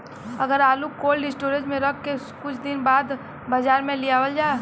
अगर आलू cold storage में रख के कुछ दिन बाद बाजार में लियावल जा?